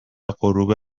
غروب